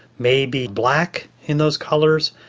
maybe black in those colours,